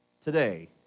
today